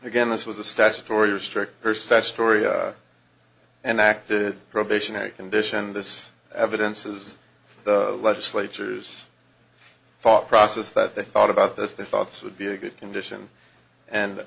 again this was a statutory restrict her sad story and acted probationary condition this evidence is the legislatures thought process that they thought about this the thoughts would be a good condition and